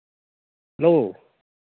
hello